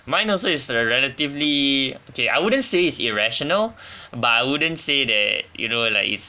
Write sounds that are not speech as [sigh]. mine also is the relatively okay I wouldn't say it's irrational [breath] but I wouldn't say that you know like it's